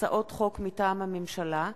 לקריאה ראשונה, מטעם הממשלה: